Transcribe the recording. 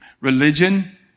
Religion